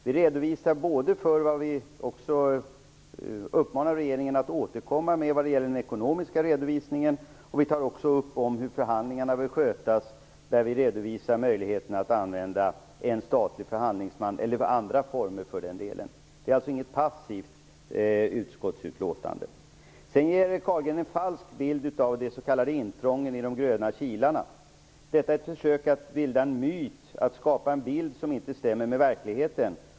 Vi redovisar de punkter där vi uppmanar regeringen att återkomma vad gäller den ekonomiska redovisningen, och vi tar upp hur förhandlingarna bör skötas och pekar bl.a. på möjligheterna att använda en statlig förhandlingsman. Det är alltså inte fråga om något passivt utskottsutlåtande. Carlgren ger en falsk bild av de s.k. intrången i de gröna kilarna. Detta är ett försök att bilda en myt, att skapa en bild som inte stämmer med verkligheten.